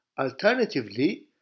Alternatively